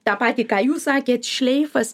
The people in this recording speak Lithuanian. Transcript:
tą patį ką jūs sakėt šleifas